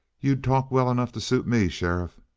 you'd talk well enough to suit me, sheriff!